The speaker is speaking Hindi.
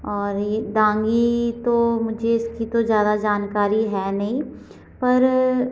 और डांगी तो मुझे इसकी तो ज्यादा जानकारी हैं नहीं पर